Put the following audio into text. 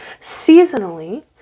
seasonally